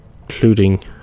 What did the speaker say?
including